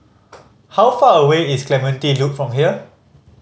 how far away is Clementi Loop from here